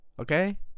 Okay